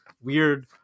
weird